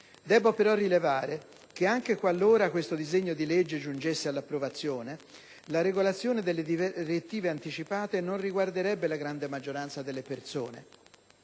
Debbo però rilevare che anche qualora questo disegno di legge giungesse all'approvazione, la regolazione delle direttive anticipate non riguarderebbe la grande maggioranza delle persone.